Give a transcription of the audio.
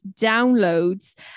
downloads